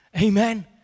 Amen